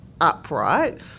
upright